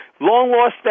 long-lost